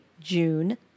June